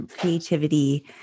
creativity